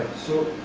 so,